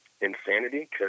insanity